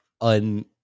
un-